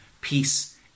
Peace